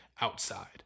outside